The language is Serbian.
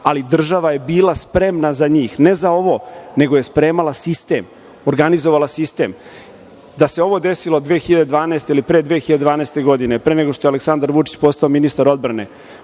ali država je bila spremna za njih, ne za ovo, nego je spremala sistem, organizovala sistem. Da se ovo desilo 2012. godine ili pre 2012 godine, pre nego što je Aleksandar Vučić postao ministar odbrane,